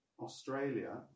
Australia